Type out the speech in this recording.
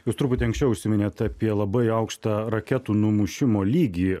jūs truputį anksčiau užsiminėte apie labai aukštą raketų numušimo lygį